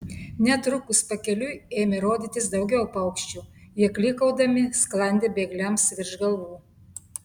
netrukus pakeliui ėmė rodytis daugiau paukščių jie klykaudami sklandė bėgliams virš galvų